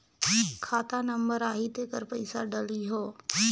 खाता नंबर आही तेकर पइसा डलहीओ?